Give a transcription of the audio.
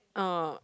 ah